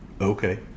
Okay